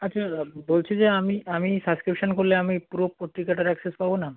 আচ্ছা দাদা বলছি যে আমি আমি সাবস্ক্রিপশান করলে আমি পুরো পত্রিকাটার অ্যাকসেস পাব না